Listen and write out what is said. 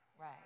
Right